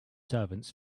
servants